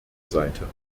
seite